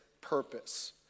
purpose